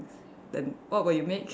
then what will you make